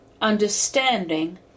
understanding